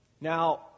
Now